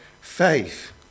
faith